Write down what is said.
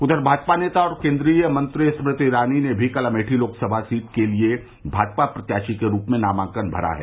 उधर भाजपा नेता और केन्द्रीय मंत्री स्मृति ईरानी ने भी कल अमेठी लोकसभा सीट के लिये भाजपा प्रत्याशी के रूप में नामांकन भरा है